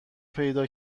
پیدا